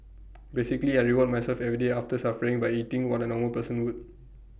basically I reward myself every day after suffering by eating what A normal person would